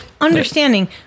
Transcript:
understanding